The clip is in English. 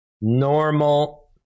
normal